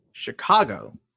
Chicago